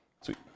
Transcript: Sweet